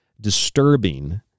disturbing